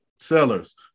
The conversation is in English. sellers